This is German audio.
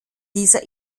dieser